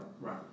Right